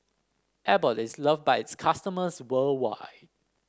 Abbott is loved by its customers worldwide